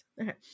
Okay